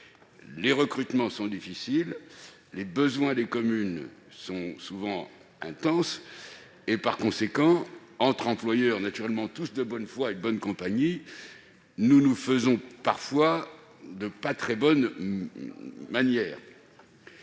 Les recrutements sont difficiles et les besoins des communes souvent intenses. Par conséquent, entre employeurs naturellement tous de bonne foi et de bonne compagnie, nous ne nous faisons pas toujours de très bonnes manières